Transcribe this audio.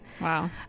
Wow